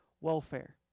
welfare